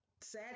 sad